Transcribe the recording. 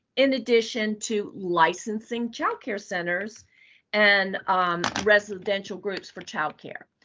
in addition to licensing child care centers and residential groups for child care.